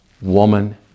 woman